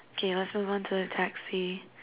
okay let's move on to the taxi